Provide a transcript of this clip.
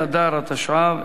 באדר התשע"ב,